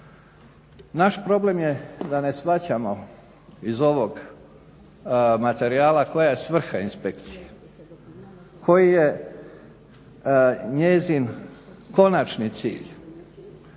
Naš problem je da ne shvaćamo iz ovog materijala koja je svrha inspekcije, koji je njezin konačni cilj